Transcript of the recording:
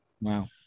Wow